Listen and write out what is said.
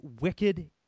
wicked